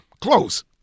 Close